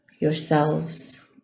yourselves